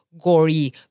gory